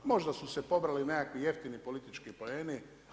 Možda su se pobrali nekakvi jeftini politički poeni.